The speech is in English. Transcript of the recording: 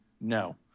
no